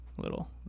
Little